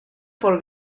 por